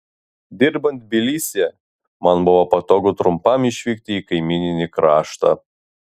dirbant tbilisyje man buvo patogu trumpam išvykti į kaimyninį kraštą